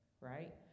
right